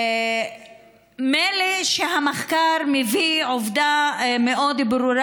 מילא שהמחקר מביא עובדה מאוד ברורה,